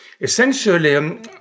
Essentially